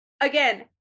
Again